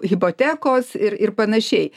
hipotekos ir ir panašiai